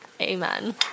amen